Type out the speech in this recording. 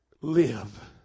Live